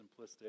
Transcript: simplistic